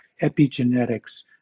epigenetics